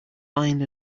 find